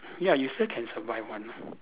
ya you still can survive one lah